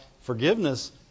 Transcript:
Forgiveness